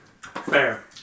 Fair